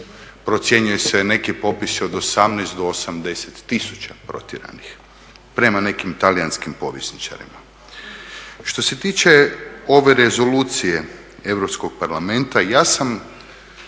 procjenjuje se neki popisi od 18 do 80 tisuća protjeranih prema nekim talijanskim povjesničarima. Što se tiče ove rezolucije EU parlamenta, nešto